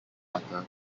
butter